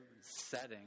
setting